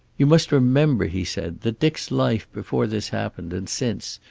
you must remember, he said, that dick's life before this happened, and since,